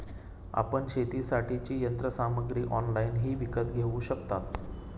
आपण शेतीसाठीची यंत्रसामग्री ऑनलाइनही विकत घेऊ शकता